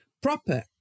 proper